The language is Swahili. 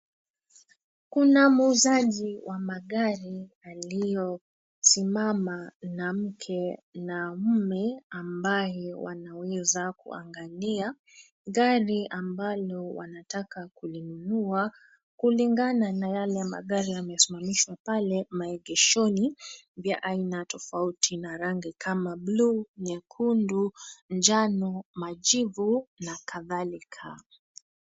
Kuna muuzaji wa magari aliyosimama na mke na mume, ambaye wanaweza kuangalia gari ambalo wanataka kulinunua kulingana na yale magari yaliyosimama pale maegeshoni vya aina tofauti na rangi kama buluu, nyekundu, njano, majiivu na kadhalika.